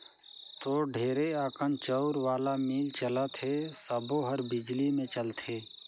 तोर ढेरे अकन चउर वाला मील चलत हे सबो हर बिजली मे चलथे